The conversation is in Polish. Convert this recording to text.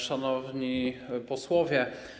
Szanowni Posłowie!